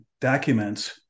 documents